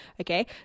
Okay